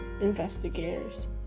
investigators